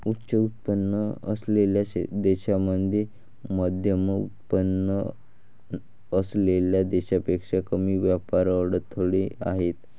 उच्च उत्पन्न असलेल्या देशांमध्ये मध्यमउत्पन्न असलेल्या देशांपेक्षा कमी व्यापार अडथळे आहेत